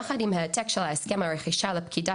יחד עם העתק של הסכם הרכישה לפקידה